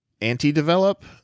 Anti-develop